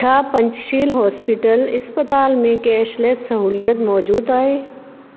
छा पंचशील होस्पिटल्स इस्पतालि में कैशलेस सहूलियत मौजूदु आहे